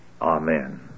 Amen